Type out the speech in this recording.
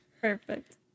Perfect